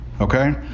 okay